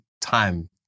time